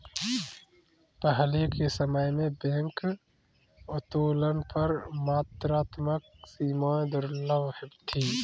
पहले के समय में बैंक उत्तोलन पर मात्रात्मक सीमाएं दुर्लभ थीं